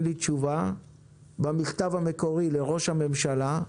לי תשובה על המכתב המקורי לראש הממשלה,